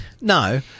No